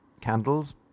candles